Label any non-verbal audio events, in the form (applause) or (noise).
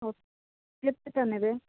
(unintelligible) କେତେଟା ନେବେ